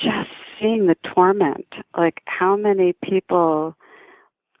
just seeing the torment of like how many people